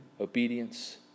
obedience